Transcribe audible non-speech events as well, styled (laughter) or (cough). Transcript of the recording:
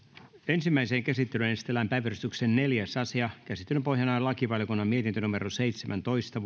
ensimmäiseen käsittelyyn esitellään päiväjärjestyksen neljäs asia käsittelyn pohjana on lakivaliokunnan mietintö seitsemäntoista (unintelligible)